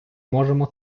можемо